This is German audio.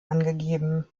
angegeben